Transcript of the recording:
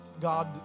god